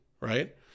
right